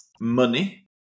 money